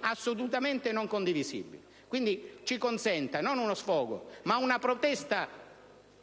assolutamente non condivisibili. Ci consenta quindi non uno sfogo, ma una protesta.